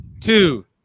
two